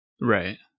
Right